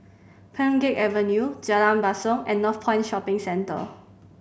Pheng Geck Avenue Jalan Basong and Northpoint Shopping Centre